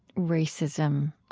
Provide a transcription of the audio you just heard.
racism,